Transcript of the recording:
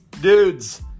Dudes